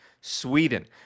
Sweden